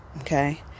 Okay